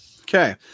Okay